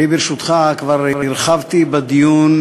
אני, ברשותך, כבר הרחבתי בדיון